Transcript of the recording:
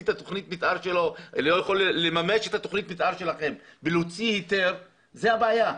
את תוכנית המתאר שלו ולממש אותה ולהוציא היתר זאת הבעיה.